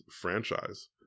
franchise